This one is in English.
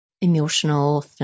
emotional